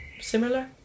similar